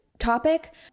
topic